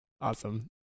Awesome